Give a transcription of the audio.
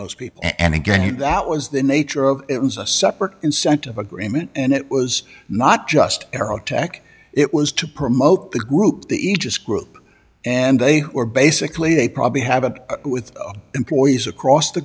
those people and again that was the nature of it was a separate incentive agreement and it was not just aerotech it was to promote the group the aegis group and they were basically they probably have a with employees across the